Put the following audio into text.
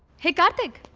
hey, karthik.